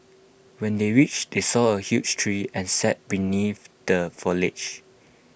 when they reached they saw A huge tree and sat beneath the foliage